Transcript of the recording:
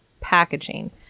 packaging